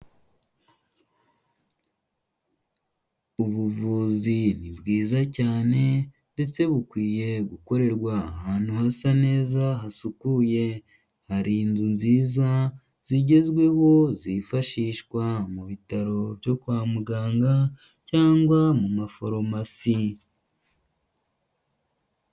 Ubuvuzi ni bwiza cyane ndetse bukwiye gukorerwa ahantu hasa neza hasukuye, hari inzu nziza zigezweho zifashishwa mu bitaro byo kwa muganga cyangwa mu maforumasi.